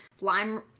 lime